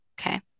Okay